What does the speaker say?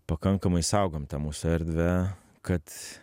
pakankamai saugom ta mūsų erdvę kad